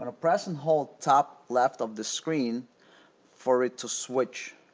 ah press and hold top left of the screen for it to switch